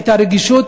את הרגישות,